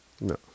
No